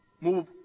move